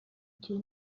cye